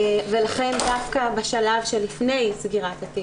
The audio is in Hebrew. ולכן דווקא בשלב שלפני סגירת התיק,